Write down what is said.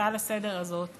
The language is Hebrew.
ההצעה לסדר-היום הזאת